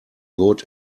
good